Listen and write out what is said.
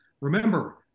Remember